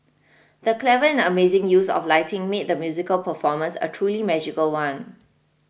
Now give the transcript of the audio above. the clever and amazing use of lighting made the musical performance a truly magical one